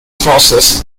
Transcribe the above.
process